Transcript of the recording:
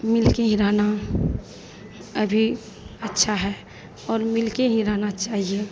मिलके ही रहना अभी अच्छा है और मिलके ही रहना चाहिए